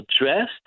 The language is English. addressed